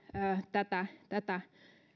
tätä tätä